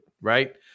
right